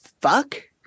fuck